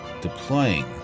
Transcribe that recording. deploying